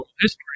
history